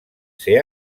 ser